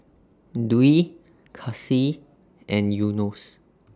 Dwi Kasih and Yunos